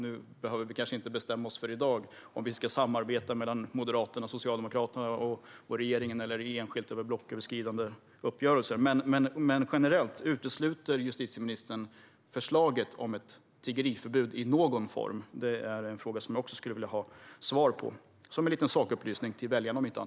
Vi behöver kanske inte bestämma oss i dag för om Sverigedemokraterna, Moderaterna och regeringen eller Socialdemokraterna enskilt ska samarbeta i en blocköverskridande uppgörelse. Men utesluter justitieministern generellt förslaget om ett tiggeriförbud i någon form? Det är en fråga som jag också skulle vilja få svar på, om inte annat som en sakupplysning till väljarna.